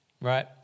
right